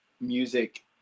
music